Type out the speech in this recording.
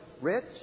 rich